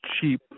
cheap